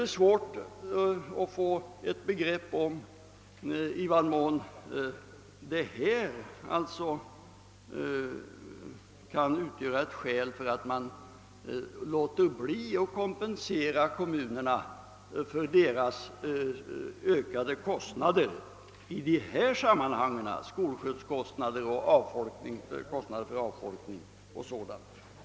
Det är svårt att få ett begrepp om i vad mån det finns skäl att inte kompensera kommunerna för deras ökade kostnader för skolskjutsar, avfolkning m.m.